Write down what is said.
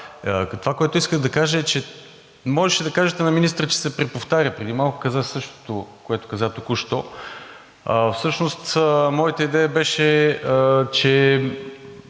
Това, което исках да кажа, е, че можеше да кажете на министъра, че се преповтаря. Преди малко каза същото, което каза току-що. Всъщност моята идея беше, че